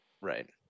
right